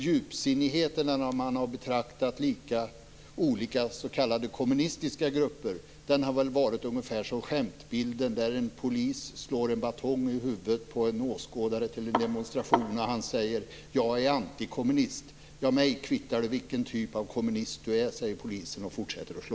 Djupsinnigheten när man har betraktat olika s.k. kommunistiska grupper har väl varit ungefär som på skämtbilden där en polis slår en batong i huvudet på en åskådare till en demonstration som säger: "Jag är antikommunist." "Mig kvittar det vilken typ av kommunist du är", säger polisen och fortsätter att slå.